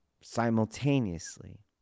simultaneously